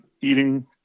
eating